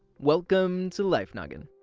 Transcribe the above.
welcome to life noggin.